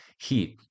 heat